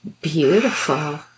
Beautiful